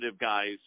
guys